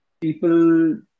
People